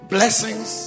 Blessings